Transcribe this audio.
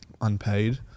unpaid